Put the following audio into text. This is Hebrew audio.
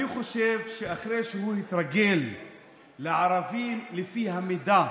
אני חושב שאחרי שהוא התרגל לערבי לפי המידה,